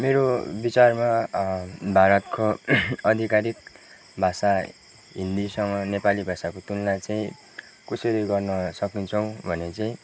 मेरो विचारमा भारतको आधिकारिक भाषा हिन्दीसँग नेपाली भाषाको तुलना चाहिँ कसरी गर्न सकिन्छौँ भने चाहिँ